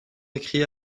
écrit